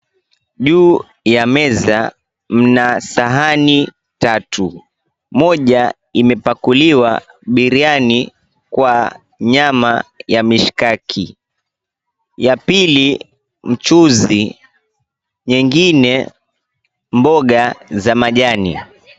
Juu ya meza mna sahani tatu, moja imepakuliwa biriani kwa nyama ya mishikski, ya pili mchuzi, mengine mboga za majani.